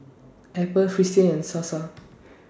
Apple Fristine and Sasa